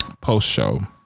post-show